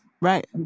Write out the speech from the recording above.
right